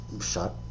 shot